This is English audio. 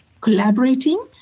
collaborating